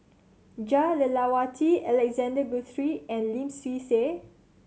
Jah Lelawati Alexander Guthrie and Lim Swee Say